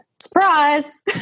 surprise